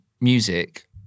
music